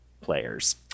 Players